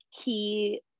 key